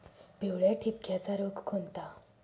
पिवळ्या ठिपक्याचा रोग कोणता?